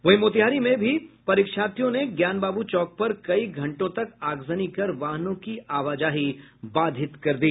वहीं मोतीहारी में परीक्षार्थियों ने ज्ञान बाबू चौक पर कई घंटों तक आगजनी कर वाहनों की आवाजाही बाधित कर दी